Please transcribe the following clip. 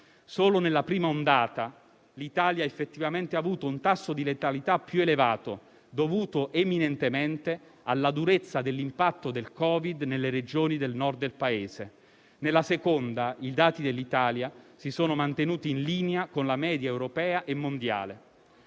Solo nella prima ondata l'Italia ha effettivamente avuto un tasso di letalità più elevato, dovuto eminentemente alla durezza dell'impatto del Covid nelle Regioni del Nord del Paese. Nella seconda ondata i dati dell'Italia si sono mantenuti in linea con la media europea e mondiale.